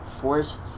forced